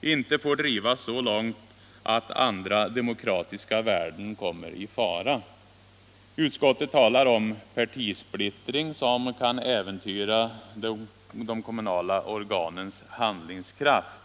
inte får drivas så långt att andra demokratiska värden kommer i fara. Utskottet talar om partisplittring som kan äventyra de kommunala organens handlingskraft.